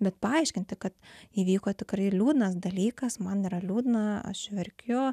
bet paaiškinti kad įvyko tikrai liūdnas dalykas man yra liūdna aš verkiu